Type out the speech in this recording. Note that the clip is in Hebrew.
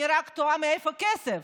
אני רק תוהה מאיפה הכסף,